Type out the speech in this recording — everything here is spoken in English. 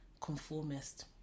conformist